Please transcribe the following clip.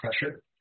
pressure